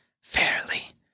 fairly